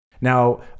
Now